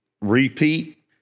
repeat